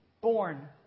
Born